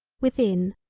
within,